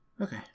Okay